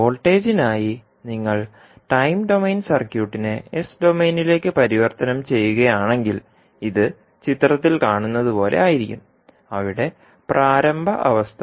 വോൾട്ടേജിനായി നിങ്ങൾ time domain സർക്യൂട്ടിനെ S ഡൊമെയ്നിലേക്ക് പരിവർത്തനം ചെയ്യുകയാണെങ്കിൽ ഇത് ചിത്രത്തിൽ കാണുന്നതുപോലെ ആയിരിക്കും അവിടെ പ്രാരംഭ അവസ്ഥ